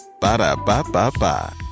Ba-da-ba-ba-ba